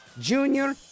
Junior